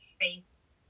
face